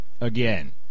again